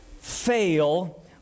fail